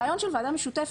הרעיון של ועדה משותפת,